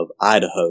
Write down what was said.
Idaho